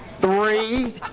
three